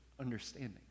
understanding